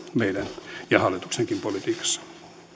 meidän hallituksenkin politiikassa